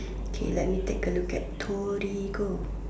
okay let me take a look at Torigo